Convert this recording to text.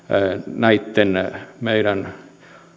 näitten meidän